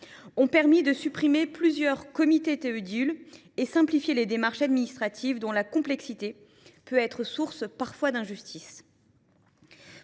ont permis de supprimer plusieurs comités Théodule et de simplifier les démarches administratives dont la complexité peut être source d’injustice.